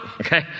okay